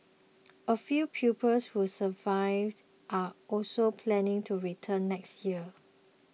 a few pupils who survived are also planning to return next year